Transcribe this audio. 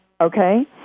Okay